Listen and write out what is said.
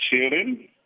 children